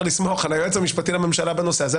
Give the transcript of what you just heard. לסמוך על היועץ המשפטי לממשלה בנושא הזה,